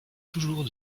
toujours